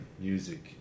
music